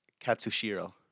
Katsushiro